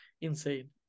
insane